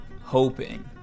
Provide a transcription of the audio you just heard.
hoping